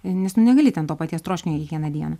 nes nu negali ten to paties troškinio kiekvieną dieną